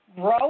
grow